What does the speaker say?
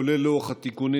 כולל לוח התיקונים,